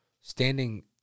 standing